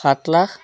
সাত লাখ